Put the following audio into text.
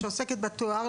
שעוסקת בתואר,